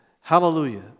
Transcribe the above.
Hallelujah